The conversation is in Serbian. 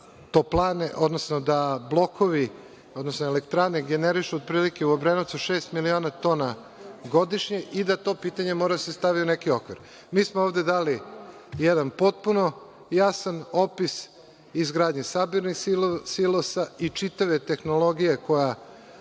tona pepela, da blokove, odnosno elektrane generišu otprilike u Obrenovcu šest miliona tona godišnje i da to pitanje mora da se stavi u neki okvir. Mi smo ovde dali jedan potpuno jasan opis izgradnje sabirnih silosa i čitave tehnologije koja